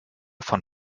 von